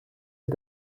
est